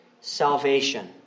salvation